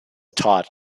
taught